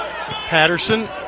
Patterson